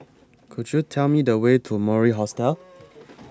Could YOU Tell Me The Way to Mori Hostel